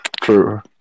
True